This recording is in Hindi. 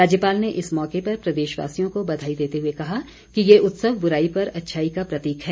राज्यपाल ने इस मौके पर प्रदेशवासियों को बधाई देते हुए कहा कि ये उत्सव बुराई पर अच्छाई का प्रतीक है